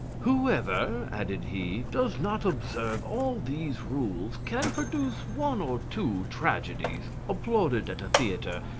whoever, added he, does not observe all these rules can produce one or two tragedies, applauded at a theatre,